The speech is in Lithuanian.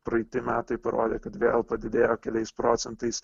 praeiti metai parodė kad vėl padidėjo keliais procentais